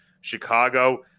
Chicago